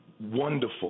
wonderful